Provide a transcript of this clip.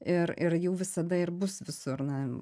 ir ir jų visada ir bus visur na